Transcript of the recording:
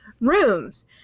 rooms